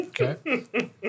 Okay